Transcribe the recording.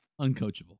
Uncoachable